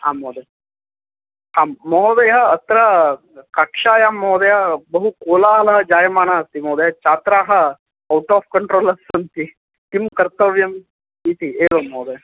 आम् महोदय आम् महोदय अत्र कक्षायां महोदय बहु कोलाहलः जायमानः अस्ति महोदय छात्राः औट् आफ् कण्ट्रोल् अस् सन्ति किं कर्तव्यम् इति एवं महोदय